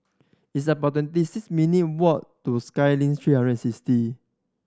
it's about twenty six minute walk to Skyline three hundred and sixty